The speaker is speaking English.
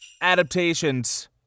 adaptations